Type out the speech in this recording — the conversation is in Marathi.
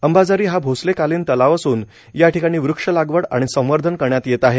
अंबाझरी हा भोसले कालिन तलाव असून याठिकाणी वृक्ष लागवड आणि संवर्धन करण्यात येत आहे